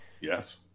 Yes